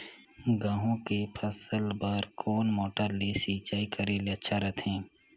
गहूं के फसल बार कोन मोटर ले सिंचाई करे ले अच्छा रथे?